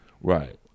Right